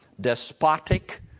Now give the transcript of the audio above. despotic